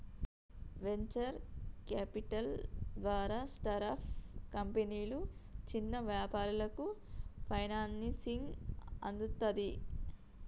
venture capital ద్వారా startup కంపెనీలు, చిన్న వ్యాపారాలకు ఫైనాన్సింగ్ అందుతది